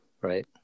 right